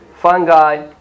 Fungi